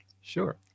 Sure